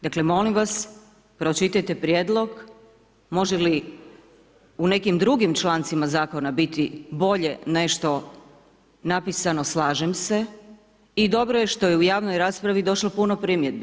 Dakle, molim vas, pročitajte prijedlog, može li u nekim drugim člancima zakona biti bolje nešto napisano, slažem se i dobro je što je u javnoj raspravi došlo puno primjedbi.